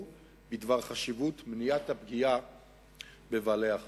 בדבר חשיבות מניעת הפגיעה בבעלי-החיים.